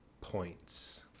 points